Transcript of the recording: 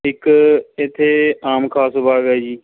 ਇੱਕ ਇੱਥੇ ਆਮ ਖਾਸ ਬਾਗ ਹੈ ਜੀ